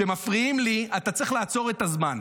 כשמפריעים לי אתה צריך לעצור את הזמן.